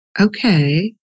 Okay